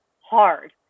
hard